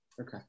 Okay